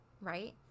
Right